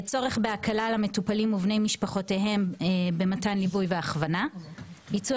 צורך בהקלה על המטופלים ובני משפחותיהם במתן ליווי והכוונה; ביצוע